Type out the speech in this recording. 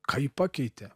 ką ji pakeitė